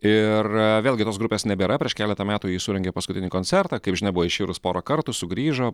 ir vėlgi tos grupės nebėra prieš keletą metų ji surengė paskutinį koncertą kaip žinia buvo iširus porą kartų sugrįžo